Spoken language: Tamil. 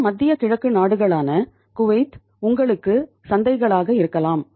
இந்த மத்திய கிழக்கு நாடுகளான குவைத் உங்களுக்கு சந்தைகளாக இருக்கலாம்